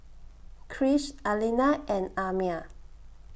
Krish Alina and Amiah